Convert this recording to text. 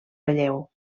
relleu